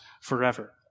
forever